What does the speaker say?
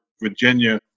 Virginia